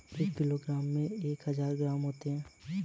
एक किलोग्राम में एक हजार ग्राम होते हैं